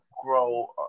Grow